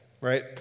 right